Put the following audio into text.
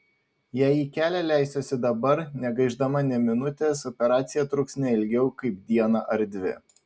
jei į kelią leisiuosi dabar negaišdama nė minutės operacija truks ne ilgiau kaip dieną ar dvi